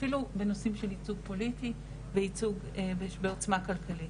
אפילו בנושאים של ייצוג פוליטי וייצוג בעוצמה כלכלית.